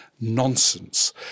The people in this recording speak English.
nonsense